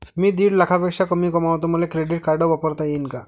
मी दीड लाखापेक्षा कमी कमवतो, मले क्रेडिट कार्ड वापरता येईन का?